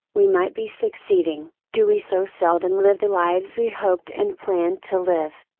we might be succeeding, do we so seldom live the lives we hoped and planned to live?